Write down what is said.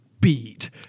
beat